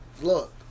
look